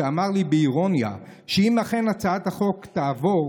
והוא אמר לי באירוניה שאם אכן הצעת החוק תעבור,